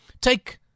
take